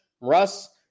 Russ